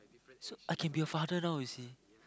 so I can be a father now you see